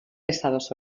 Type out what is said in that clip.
estados